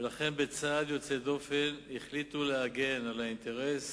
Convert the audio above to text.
ולכן בצעד יוצא דופן החליטו להגן על אינטרס